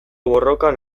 borrokan